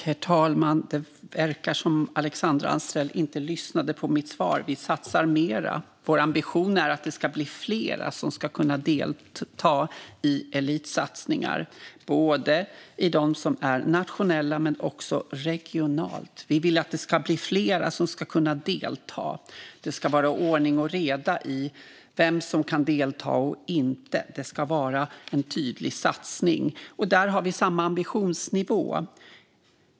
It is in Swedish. Herr talman! Det verkar som om Alexandra Anstrell inte lyssnade på mitt svar. Vi satsar mer. Vår ambition är att fler ska kunna delta i elitsatsningar, både nationellt och regionalt. Det ska vara ordning och reda i vem som kan delta och inte. Det ska vara en tydlig satsning. Där har vi samma ambitionsnivå.